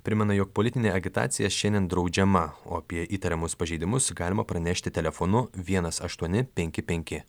primena jog politinė agitacija šiandien draudžiama o apie įtariamus pažeidimus galima pranešti telefonu vienas aštuoni penki penki